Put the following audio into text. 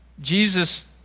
Jesus